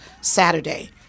Saturday